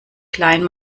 klein